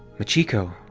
machiko,